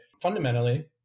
Fundamentally